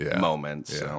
moments